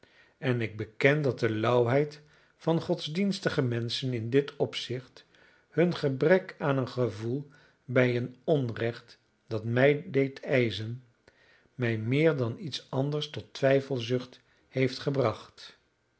en ik beken dat de lauwheid van godsdienstige menschen in dit opzicht hun gebrek aan een gevoel bij een onrecht dat mij deed ijzen mij meer dan iets anders tot twijfelzucht heeft gebracht